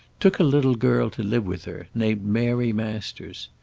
took a little girl to live with her, named mary masters.